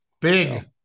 Big